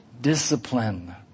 Discipline